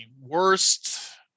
worst